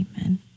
Amen